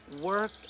work